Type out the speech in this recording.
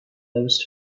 those